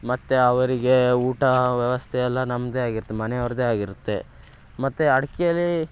ಮತ್ತೆ ಅವರಿಗೆ ಊಟ ವ್ಯವಸ್ಥೆಯಲ್ಲ ನಮ್ಮದೇ ಆಗಿರತ್ತೆ ಮನೆಯವ್ರದ್ದೇ ಆಗಿರುತ್ತೆ ಮತ್ತೆ ಅಡಿಕೆಯಲ್ಲಿ